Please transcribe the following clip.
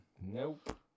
Nope